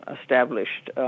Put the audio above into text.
established